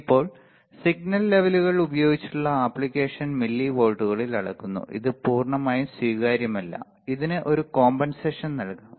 ഇപ്പോൾ സിഗ്നൽ ലെവലുകൾ ഉപയോഗിച്ചുള്ള ആപ്ലിക്കേഷൻ മില്ലിവോൾട്ടുകളിൽ അളക്കുന്നു ഇത് പൂർണ്ണമായും സ്വീകാര്യമല്ല ഇതിന് ഒരു കോമ്പൻസേഷൻ നൽകാം